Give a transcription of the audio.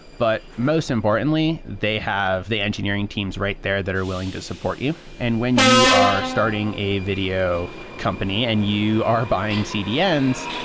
but most importantly, they have the engineering teams right there that are willing to support you. and when you are starting a video company and you are buying cdn's,